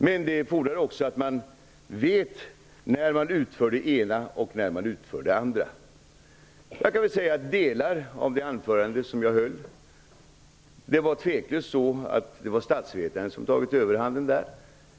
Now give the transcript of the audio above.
Men det fordrar också att man vet när man sysslar med det ena och när man sysslar med det andra. I delar av det anförande som jag höll var det tveklöst statsvetaren som tagit överhanden.